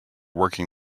working